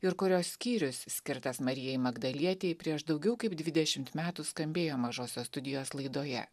ir kurios skyrius skirtas marijai magdalietei prieš daugiau kaip dvidešimt metų skambėjo mažosios studijos laidoje